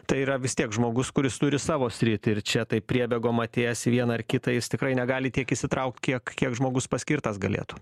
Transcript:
tai yra vis tiek žmogus kuris turi savo sritį ir čia taip priebėgom atėjęs į vieną ar kitą jis tikrai negali tiek įsitraukt kiek kiek žmogus paskirtas galėtų